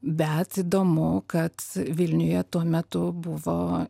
bet įdomu kad vilniuje tuo metu buvo